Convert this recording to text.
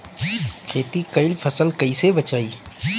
खेती कईल फसल कैसे बचाई?